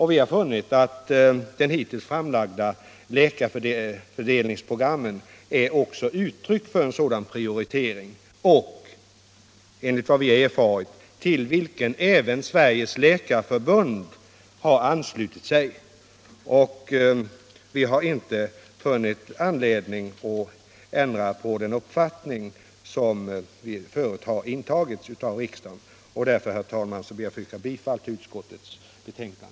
Vi nar konstaterat att hittills framlagda läkarfördelningsprogram också ger uttryck för en sådan prioritering, till vilken, enligt vad vi har erfarit, även Sveriges läkarförbund har anslutit sig. Vi har därför inte funnit anledning att ändra på den ståndpunkt som förut har intagits av riksdagen, och därför, herr talman, ber jag att få yrka bifall till utskottets hemställan.